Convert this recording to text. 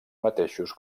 mateixos